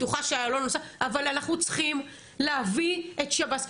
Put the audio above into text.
אבל אנחנו צריכים להביא את שב"ס,